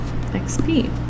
XP